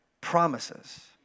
promises